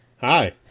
Hi